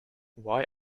why